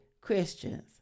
Christians